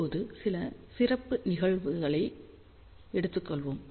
இப்போது சில சிறப்பு நிகழ்வுகளை எடுத்துக் கொள்வோம்